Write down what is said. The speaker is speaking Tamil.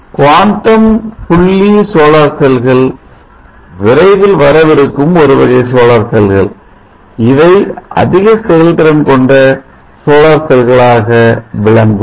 குவாண்டம் புள்ளி சோலார் செல்கள் விரைவில் வரவிருக்கும் ஒரு வகை சோலார் செல்கள் இவை அதிக செயல் திறன் கொண்ட சோலார் செல்களாக விளங்கும்